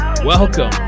Welcome